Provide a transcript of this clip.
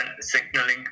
signaling